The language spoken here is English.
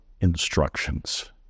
instructions